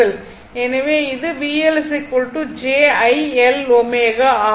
எனவே இது VL j I L ω ஆகும்